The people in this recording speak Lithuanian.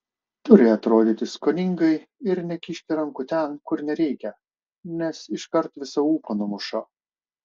turi atrodyti skoningai ir nekišti rankų ten kur nereikia nes iškart visą ūpą numuša